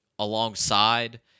alongside